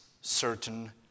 certain